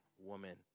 woman